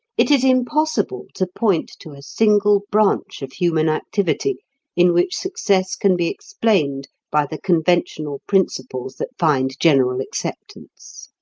it is impossible to point to a single branch of human activity in which success can be explained by the conventional principles that find general acceptance.